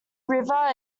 river